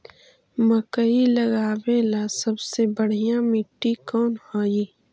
मकई लगावेला सबसे बढ़िया मिट्टी कौन हैइ?